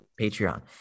Patreon